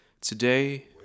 Today